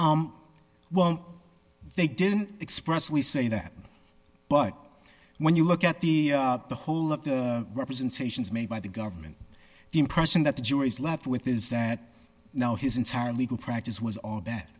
well they didn't express we say that but when you look at the the whole of the representations made by the government the impression that the jury is left with is that now his entire legal practice was all